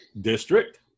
District